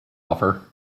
offer